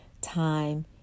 time